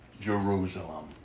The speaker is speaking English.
Jerusalem